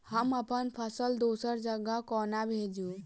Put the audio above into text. हम अप्पन फसल दोसर जगह कोना भेजू?